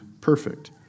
perfect